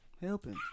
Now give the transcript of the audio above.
Helping